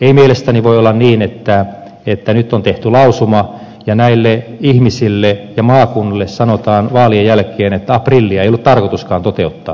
ei mielestäni voi olla niin että nyt on tehty lausuma ja näille ihmisille ja maakunnille sanotaan vaalien jälkeen että aprillia ei ollut tarkoituskaan toteuttaa